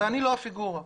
אני לא הפיגורה כאן.